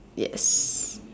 yes